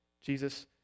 Jesus